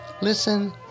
listen